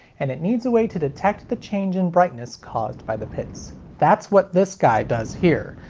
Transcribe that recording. and it needs a way to detect the change in brightness caused by the pits. that's what this guy does, here.